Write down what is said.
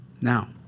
Now